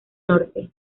norte